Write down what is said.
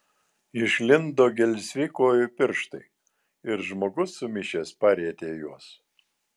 išlindo gelsvi kojų pirštai ir žmogus sumišęs parietė juos